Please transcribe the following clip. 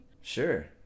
Sure